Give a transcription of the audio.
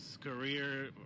career